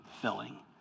filling